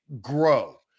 grow